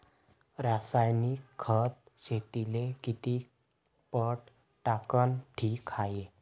रासायनिक खत शेतीले किती पट टाकनं ठीक हाये?